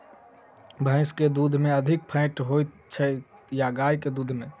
भैंस केँ दुध मे अधिक फैट होइ छैय या गाय केँ दुध में?